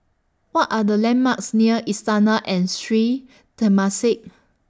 What Are The landmarks near Istana and Sri Temasek